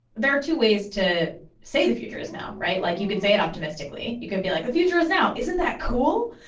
there are two ways to say the future is now like you can say it optimistically, you could be like, the future is now! isn't that cool?